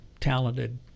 talented